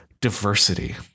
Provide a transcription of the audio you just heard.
diversity